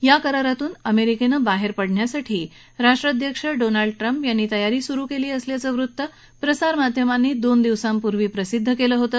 या करारातून अमेरिकेनं बाहेर पडण्यासाठी राष्ट्राध्यक्ष डोनाल्ड ट्रंप यांनी तयारी सुरू केली असल्याचं वृत प्रसारमाध्यमांनी दोन दिवसांपूर्वी प्रसिद्ध केलं होतं